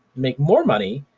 make more money,